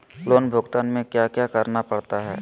loan भुगतान में क्या क्या करना पड़ता है